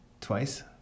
twice